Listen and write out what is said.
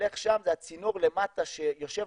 זה הצינור למטה שיוצא